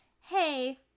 hey